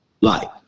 life